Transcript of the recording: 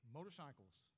Motorcycles